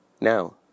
Now